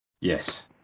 Yes